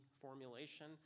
formulation